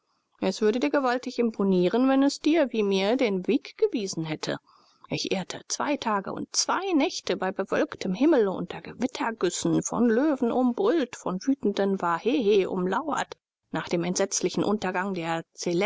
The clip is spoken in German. es würde dir gewaltig imponieren wenn es dir wie mir den weg gewiesen hätte ich irrte zwei tage und zwei nächte bei bewölktem himmel unter gewittergüssen von löwen umbrüllt von wütenden wahehe umlauert nach dem entsetzlichen untergang der